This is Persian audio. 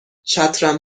چترم